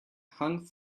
hung